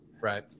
Right